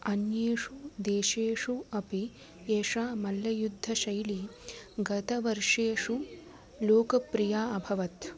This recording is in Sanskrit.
अन्येषु देशेषु अपि एषा मल्लयुद्धशैली गतवर्षेषु लोकप्रिया अभवत्